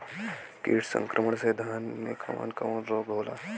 कीट संक्रमण से धान में कवन कवन रोग होला?